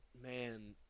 Man